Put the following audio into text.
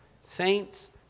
saints